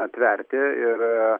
atverti ir